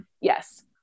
yes